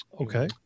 Okay